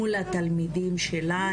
מול התלמידים שלה,